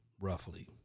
roughly